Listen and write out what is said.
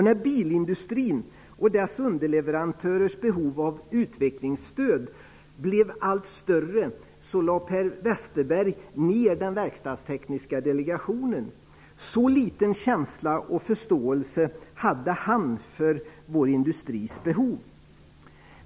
När bilindustrin och dess underleverantörers behov av utvecklingsstöd blev allt större lade Per Så liten känsla och förståelse hade han för industrins behov.